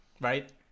right